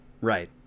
right